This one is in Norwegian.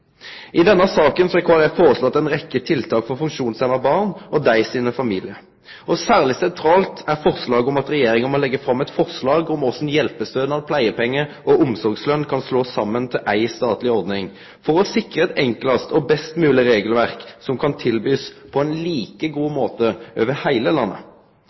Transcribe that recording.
I denne saken har Kristelig Folkeparti foreslått en rekke tiltak for funksjonshemmede barn og deres familier. Særlig sentralt er forslaget om at Regjeringen må legge fram et forslag om hvordan hjelpestønad, pleiepenger og omsorgslønn kan slås sammen til én statlig ordning for å sikre et enklest og best mulig regelverk som kan tilbys på en like god måte over hele landet.